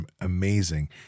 amazing